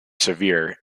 severe